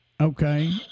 Okay